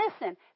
listen